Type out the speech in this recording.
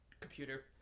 computer